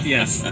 Yes